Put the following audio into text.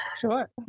sure